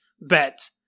bet